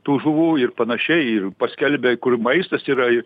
tų žuvų ir panašiai ir paskelbia kur maistas yra ir